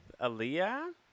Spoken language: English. Aaliyah